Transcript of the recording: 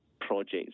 projects